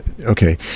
okay